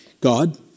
God